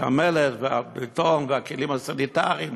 כי המלט, והבטון, והכלים הסניטריים,